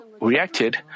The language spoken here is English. reacted